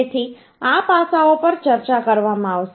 તેથી આ પાસાઓ પર ચર્ચા કરવામાં આવશે